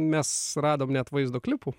mes radom net vaizdo klipų